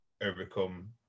overcome